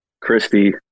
christy